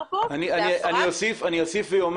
אין בעיה של כוח אדם ביחידת נחשון,